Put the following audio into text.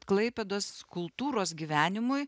klaipėdos kultūros gyvenimui